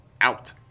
out